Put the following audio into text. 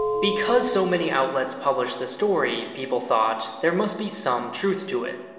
because so many outlets published the story, people thought, there must be some truth to it.